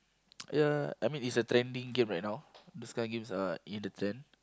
ya I mean it's a trending game right now these kinds of games are in the trend